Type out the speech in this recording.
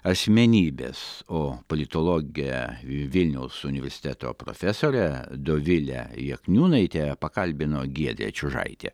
asmenybės o politologę vilniaus universiteto profesorė dovilę jakniūnaitė pakalbino giedrė čiužaitė